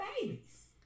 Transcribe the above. babies